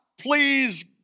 please